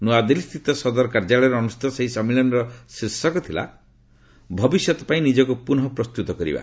ନୃଆଦିଲ୍ଲୀସ୍ଥିତ ସଦର କାର୍ଯ୍ୟାଳୟରେ ଅନୁଷ୍ଠିତ ସେହି ସମ୍ମିଳନୀର ଶୀର୍ଷକ ଥିଲା ଭବିଷ୍ୟତ ପାଇଁ ନିଜକୁ ପୁନଃ ପ୍ରସ୍ତୁତ କରିବା